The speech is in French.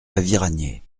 aviragnet